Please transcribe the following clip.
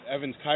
Evans